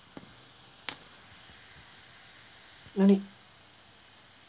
no need